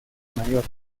mayor